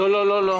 לא, לא.